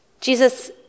Jesus